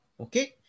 Okay